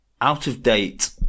out-of-date